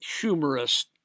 humorous